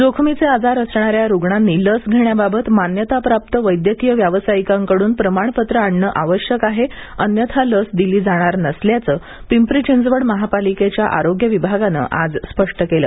जोखमीचे आजार असणाऱ्या रुग्णांनी लस घेण्याबाबत मान्यताप्राप्त वैद्यकीय व्यावसायिकांकडून प्रमाणपत्र आणणं आवश्यक आहे अन्यथा लस दिली जाणार नसल्याचं पिंपरी चिंचवड महापालिकेच्या आरोग्य विभागाने आज स्पष्ट केल